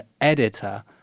editor